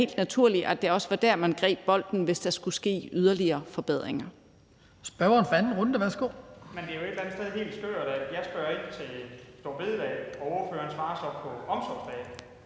være helt naturligt, at det også var der, man greb bolden, hvis der skulle ske yderligere forbedringer.